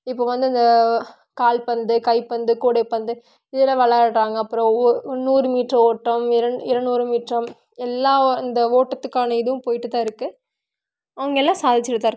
இப்போ வந்து அந்த கால் பந்து கைபந்து கூடை பந்து இதில் விளையாடுறாங்க அப்புறோம் ஒ நூறு மீட்டர் ஓட்டம் இர இரநூறு மீட்ரம் எல்லா இந்த ஓட்டத்துக்கான இதுவும் போயிட்டு தான் இருக்குது அவங்க எல்லாம் சாதிச்சிட்டு தான் இருக்காங்க